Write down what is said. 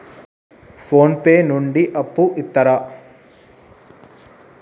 Phone pay నుండి అప్పు ఇత్తరా?